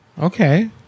Okay